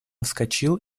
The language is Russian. вскочил